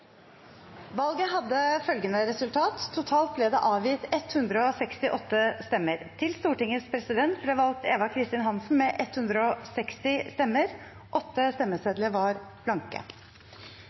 Valget hadde dette resultat: Det ble avgitt totalt 168 stemmer. Til Stortingets president ble valgt Eva Kristin Hansen med 160 stemmer. 8 stemmesedler var blanke.